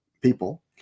people